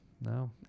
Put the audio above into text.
no